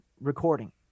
recording